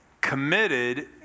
committed